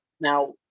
now